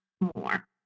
more